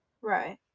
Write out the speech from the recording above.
Right